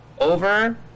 over